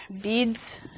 beads